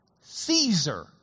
Caesar